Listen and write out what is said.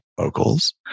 vocals